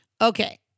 Okay